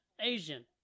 Asian